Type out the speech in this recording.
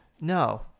No